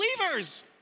believers